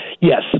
Yes